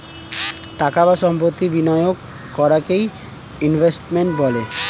টাকা বা সম্পত্তি বিনিয়োগ করাকে ইনভেস্টমেন্ট বলে